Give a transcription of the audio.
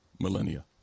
millennia